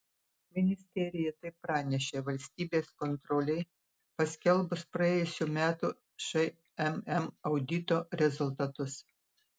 ministerija tai pranešė valstybės kontrolei paskelbus praėjusių metų šmm audito rezultatus